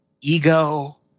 ego